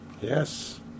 Yes